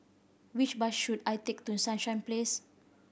which bus should I take to Sunshine Place